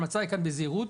ההמלצה היא כאן בזהירות,